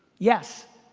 yes.